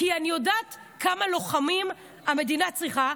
כי אני יודעת כמה לוחמים המדינה צריכה,